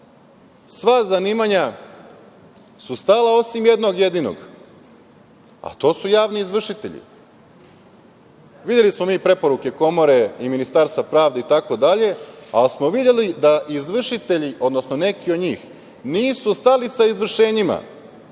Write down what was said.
Sva zanimanja su stala, osim jednog jedinog, a to su javni izvršitelji. Videli smo mi preporuke Komore i Ministarstva pravde itd, ali smo videli da izvršitelji, odnosno neki od njih nisu stali sa izvršenjima